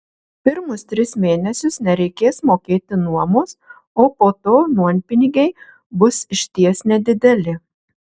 pirmus tris mėnesius nereikės mokėti nuomos o po to nuompinigiai bus išties nedideli